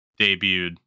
debuted